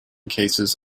cases